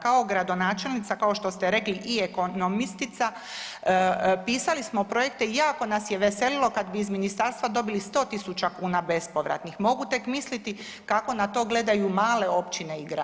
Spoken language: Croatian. Kao gradonačelnica, kao što ste rekli, i ekonomistica, pisali smo projekte i jako nas je veseslilo kad bi iz ministarstva dobili 100 tisuća kuna bespovratnih, mogu tek misliti kako na to gledaju male općine i gradovi.